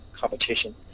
competition